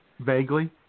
Vaguely